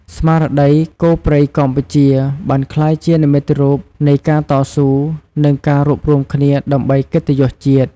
ស្មារតី "គោព្រៃកម្ពុជា" បានក្លាយជានិមិត្តរូបនៃការតស៊ូ និងការរួបរួមគ្នាដើម្បីកិត្តិយសជាតិ។